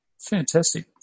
Fantastic